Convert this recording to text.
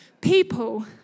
People